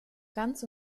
ganz